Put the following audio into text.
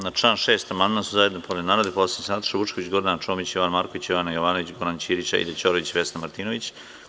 Na član 6. amandman su zajedno podneli narodni poslanici Nataša Vučković, Gorana Čomić, Jovan Marković, Jovana Jovanović, Goran Ćirić, Aida Ćorović i Vesna Martinović.